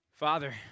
Father